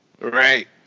Right